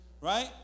Right